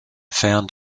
found